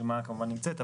הרשימה כמובן נמצאת,